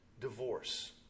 divorce